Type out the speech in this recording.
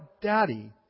Daddy